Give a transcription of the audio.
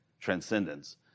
transcendence